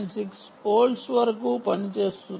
6 వోల్ట్ల వరకు పనిచేస్తుంది